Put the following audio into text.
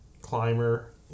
climber